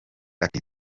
ati